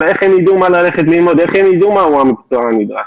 אבל איך הם יידעו מה ללמוד ומהו המקצוע הנדרש?